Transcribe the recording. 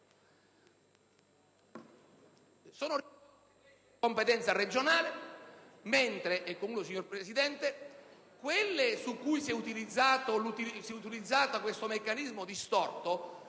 di risorse di competenza regionale, mentre quelle su cui si è operato questo meccanismo distorto